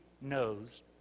knows